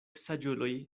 saĝuloj